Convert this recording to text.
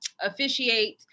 officiate